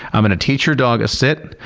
i'm gonna teach your dog a sit,